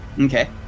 Okay